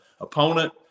opponent